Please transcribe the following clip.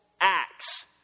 acts